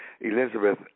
Elizabeth